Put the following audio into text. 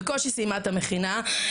בקושי סיימה את המכינה.